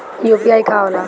UPI का होला?